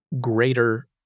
greater